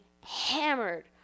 hammered